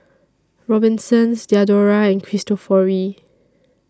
Robinsons Diadora and Cristofori